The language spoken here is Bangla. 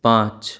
পাঁচ